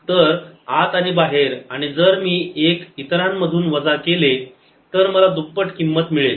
तर आत आणि बाहेर आणि जर मी एक इतरां मधून वजा केले तर मला दुप्पट किंमत मिळेल